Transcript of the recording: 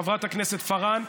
חברת הכנסת פארן,